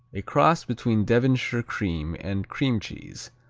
a cross between devonshire cream and cream cheese,